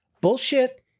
Bullshit